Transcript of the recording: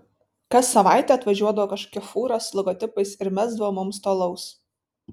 kas savaitę atvažiuodavo kažkokia fūra su logotipais ir mesdavo mums to alaus